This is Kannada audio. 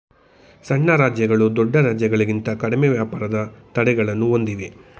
ಸಣ್ಣ ರಾಜ್ಯಗಳು ದೊಡ್ಡ ರಾಜ್ಯಗಳಿಂತ ಕಡಿಮೆ ವ್ಯಾಪಾರದ ತಡೆಗಳನ್ನು ಹೊಂದಿವೆ